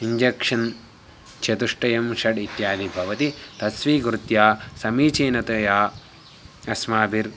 injection चतुष्टयं षट् इत्यादि भवति तत्स्वीकृत्य समीचीनतया अस्माभिः